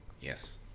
Yes